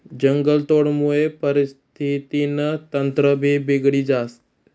जंगलतोडमुये परिस्थितीनं तंत्रभी बिगडी जास